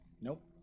Nope